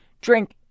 Drink